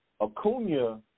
Acuna